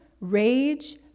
rage